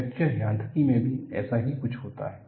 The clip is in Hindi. फ्रैक्चर यांत्रिकी में भी ऐसा ही कुछ होता है